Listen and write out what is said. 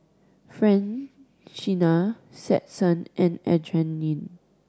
Francina Stetson and Adrienne